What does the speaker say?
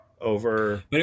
over